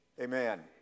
Amen